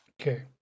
okay